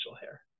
hair